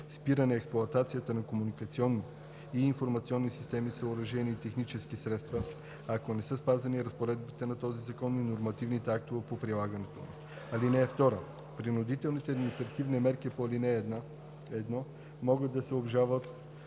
спиране експлоатацията на комуникационни и информационни системи, съоръжения и технически средства, ако не са спазени разпоредбите на този закон и нормативните актове по прилагането му. (2) Принудителните административни мерки по ал. 1 могат да се обжалват